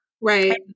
Right